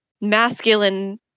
masculine